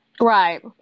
right